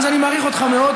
כיוון שאני מעריך אותך מאוד,